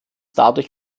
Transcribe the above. dadurch